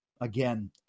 again